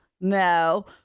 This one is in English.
No